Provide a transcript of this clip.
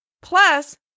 Plus